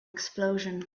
explosion